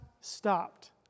stopped